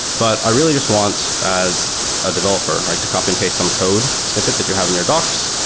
but i really just want as a developer to copy and paste some code snippet that you have in your docs,